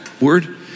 word